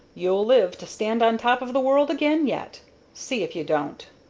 you'll live to stand on top of the world again, yet see if you don't!